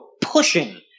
pushing